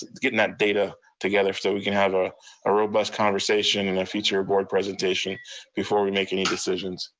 getting that data together. so we can have ah a robust conversation in a future board presentation before we make any decisions.